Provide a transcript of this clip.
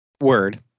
Word